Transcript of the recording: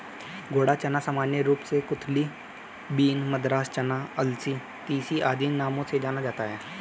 घोड़ा चना सामान्य रूप से कुलथी बीन, मद्रास चना, अलसी, तीसी आदि नामों से जाना जाता है